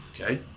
okay